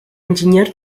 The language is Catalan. enginyer